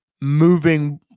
moving